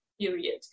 period